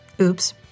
Oops